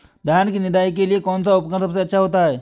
धान की निदाई के लिए कौन सा उपकरण सबसे अच्छा होता है?